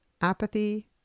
apathy